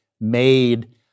made